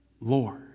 Lord